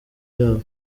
yabo